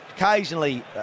occasionally